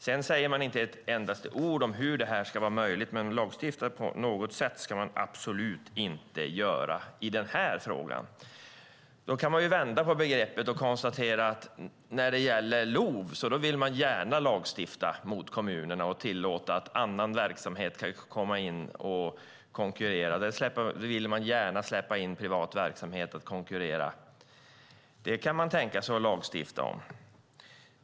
Sedan säger man inte ett ord om hur detta ska vara möjligt. Men lagstifta ska man absolut inte göra i denna fråga. Då kan man vända på begreppet och konstatera att när det gäller LOV vill man gärna lagstifta gentemot kommunerna och tillåta att annan verksamhet ska komma in och konkurrera. Där vill man gärna släppa in privat verksamhet som ska konkurrera. Det kan man tänka sig att lagstifta om.